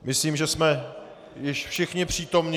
Myslím, že jsme už všichni přítomni.